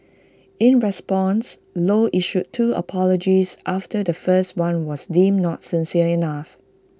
in response low issued two apologies after the first one was deemed not sincere enough